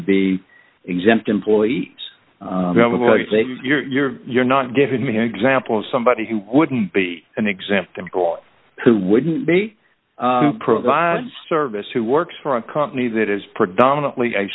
to be exempt employees you're you're you're not giving me an example of somebody who wouldn't be an example who wouldn't be provided service who works for a company that is predominantly